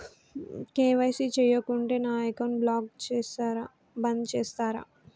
KYC చేయకుంటే నా bank account బంద్ చేస్తరా?